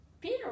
peter